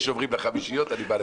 החמישיות.